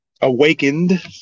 awakened